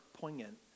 poignant